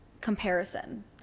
comparison